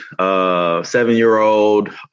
seven-year-old